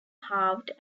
halved